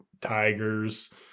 Tigers